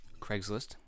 Craigslist